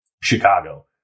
Chicago